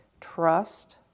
trust